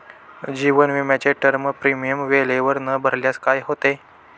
जीवन विमाचे term premium वेळेवर न भरल्यास काय होते?